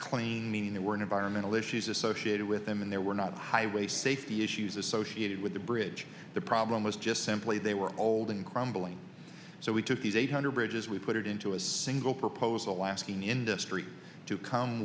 clean meaning there were an environmental issues associated with them and there were not highway safety issues associated with the bridge the problem was just simply they were old and crumbling so we took these eight hundred bridges we put it into a single proposal asking industry to come